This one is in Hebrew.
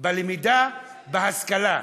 בלמידה, בהשכלה.